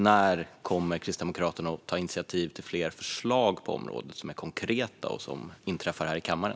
När kommer Kristdemokraterna att ta initiativ till fler konkreta förslag som hamnar i kammaren?